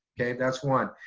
that's one.